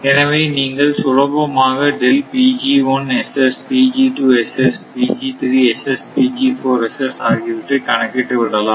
எனவே நீங்கள் சுலபமாக ஆகியவற்றைக் கணக்கிட்டு விடலாம்